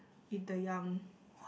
eat the young